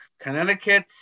Connecticut